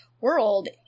world